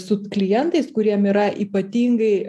su klientais kuriem yra ypatingai